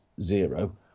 zero